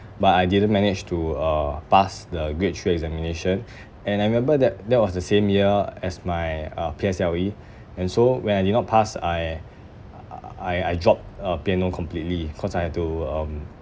but I didn't manage to uh pass the grade three examination and I remember that that was the same year as my uh P_S_L_E and so when I did not pass I uh uh I I dropped uh piano completely cause I have to um